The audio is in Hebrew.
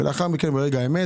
ולאחר מכן, ברגע האמת